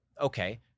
Okay